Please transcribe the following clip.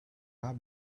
have